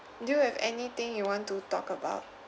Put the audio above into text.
do you have anything you want to talk about